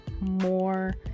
more